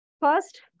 First